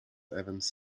evans